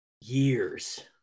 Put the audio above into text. years